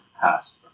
pass